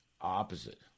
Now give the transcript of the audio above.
opposite